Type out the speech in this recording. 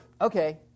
Okay